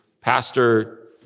Pastor